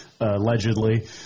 allegedly